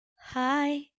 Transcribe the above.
hi